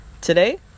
Today